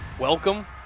Welcome